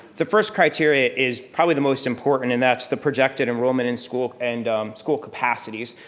the first criteria is probably the most important and that's the projected enrollment and school and school capacities.